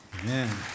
Amen